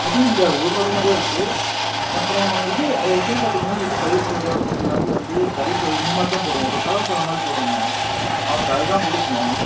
அதுவும் இந்த ஒருவாரமாகதான் இருக்கு அப்புறம் இது இதுன்னு பார்த்திங்கன்னா இது தயிர் சோறு அப்புறம் சிலநேரத்தில் வந்து கறி சோறு இந்தமாதிரிதான் போடுவோம் ஒரு கலவைசாதம்மாரி போடுவோங்க அவனுக்கு அதுதான் பிடிக்கும்